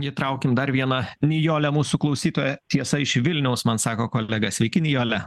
įtraukim dar vieną nijolę mūsų klausytoją tiesa iš vilniaus man sako kolega sveiki nijole